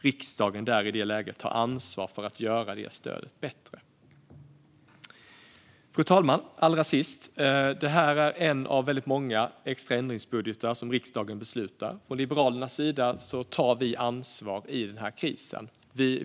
Riksdagen tar i detta läge ansvar för att göra det stödet bättre. Fru talman! Det här är en av väldigt många extra ändringsbudgetar som riksdagen beslutar om. Från Liberalernas sida tar vi ansvar i krisen.